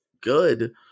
good